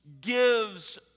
gives